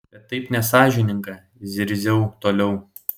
bet taip nesąžininga zirziau toliau